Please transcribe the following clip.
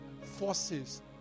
forces